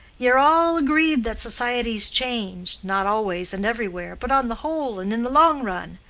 ye're all agreed that societies change not always and everywhere but on the whole and in the long run.